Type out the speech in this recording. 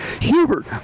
hubert